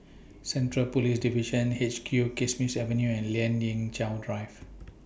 Central Police Division H Q Kismis Avenue and Lien Ying Chow Drive